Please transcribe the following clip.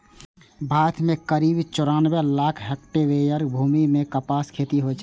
भारत मे करीब चौरानबे लाख हेक्टेयर भूमि मे कपासक खेती होइ छै